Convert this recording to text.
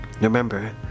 remember